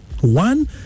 One